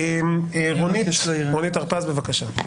רונית הרפז, בבקשה.